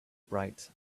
bright